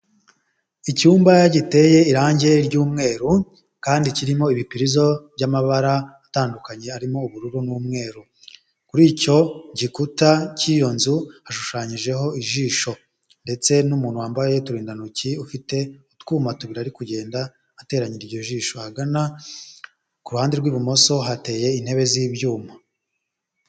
Icyumba giteye irangi ry'umweru kandi kirimo ibipirizo by'amabara atandukanye arimo ubururu n'umweru, kuri icyo gikuta cy'iyo nzu hashushanyijeho ijisho ndetse n'umuntu wambaye uturindantoki ufite utwuma tubiri ari kugenda ateranya iryo jisho, ahagana ku ruhande rw'ibumoso hateye intebe z'ibyuma.